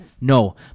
No